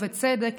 ובצדק,